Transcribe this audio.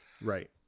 Right